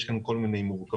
יש כאן כל מיני מורכבויות.